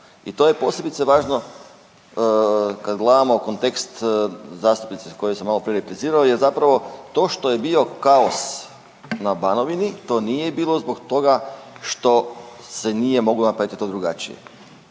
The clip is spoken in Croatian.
i to je posebice važno kad gledamo kontekst zastupnice kojoj sam malo prije replicirao jer zapravo to što je bio kaos na Banovini to nije bilo zbog toga što se nije moglo napraviti to drugačije.